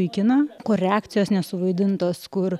į kiną kur reakcijos nesuvaidintos kur